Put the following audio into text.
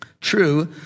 True